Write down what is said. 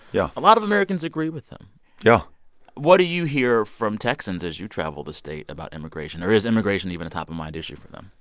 yeah. a lot of americans agree with him yeah what do you hear from texans as you travel the state about immigration? or is immigration even a top-of-mind issue for them?